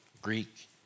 Greek